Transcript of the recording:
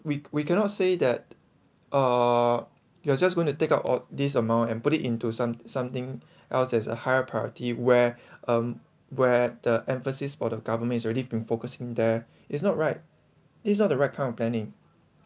we we cannot say that uh you are just going to take out of this amount and put it into some something else as a higher priority where um where the emphasis for the government's already been focusing there it's not right these are not right kind of planning